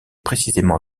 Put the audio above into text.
précisément